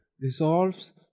Resolves